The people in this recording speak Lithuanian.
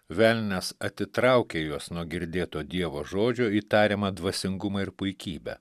velnias atitraukė juos nuo girdėto dievo žodžio į tariamą dvasingumą ir puikybę